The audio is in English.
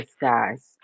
guys